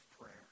prayer